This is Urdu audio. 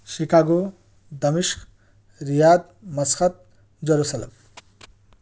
شکاگو دمشق ریاض مسقط یروشلم